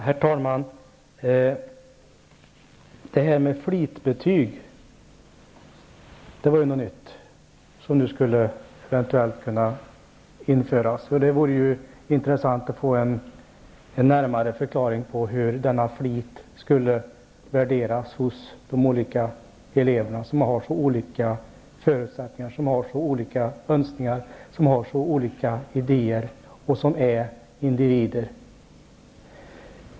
Herr talman! Det här med flitbetyg var någonting nytt som nu eventuellt skulle införas. Det vore intressant att få en närmare förklaring av hur fliten skulle värderas hos de enskilda eleverna, som har så olika förutsättningar, önskningar och idéer och som är individer.